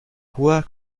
hoher